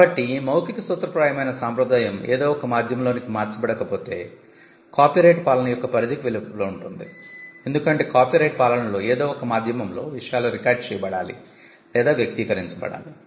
కాబట్టి ఈ మౌఖిక సూత్రప్రాయమైన సాంప్రదాయం ఏదో ఒక మాధ్యమంలోనికి మార్చబడకపోతే కాపీరైట్ పాలన యొక్క పరిధికి వెలుపల ఉంటుంది ఎందుకంటే కాపీరైట్ పాలనలో ఏదో ఒక మాధ్యమంలో విషయాలు రికార్డ్ చేయబడాలి లేదా వ్యక్తీకరించబడాలి